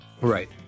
Right